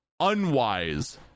unwise